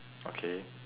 okay